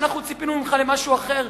שאנחנו ציפינו ממך למשהו אחר,